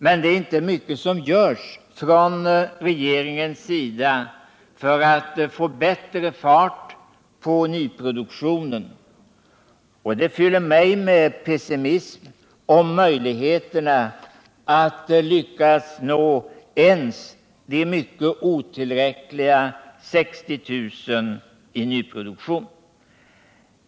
Men det är inte mycket som görs från regeringens sida för att få bättre fart på nyproduktionen. Och det fyller mig med pessimism om möjligheterna att lyckas nå ens de mycket otillräckliga 60 000 i nyproduktion.